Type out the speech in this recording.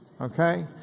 okay